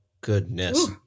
goodness